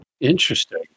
Interesting